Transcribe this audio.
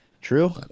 True